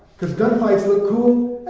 cause gunfights look cool,